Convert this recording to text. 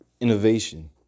innovation